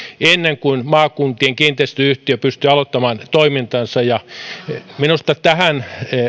ennen kuin maakuntien kiinteistöyhtiöt pystyvät aloittamaan toimintansa ja minusta tähän